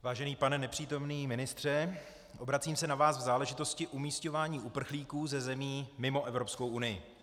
Vážený pane nepřítomný ministře, obracím se na vás v záležitosti umísťování uprchlíků ze zemí mimo Evropskou unii.